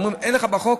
ואומרים: אין לך בחוק,